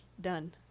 done